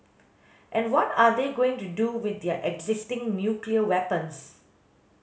and what are they going to do with their existing nuclear weapons